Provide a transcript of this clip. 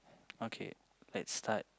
okay let's start